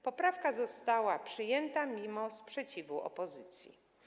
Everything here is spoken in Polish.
Poprawka została przyjęta mimo sprzeciwu opozycji.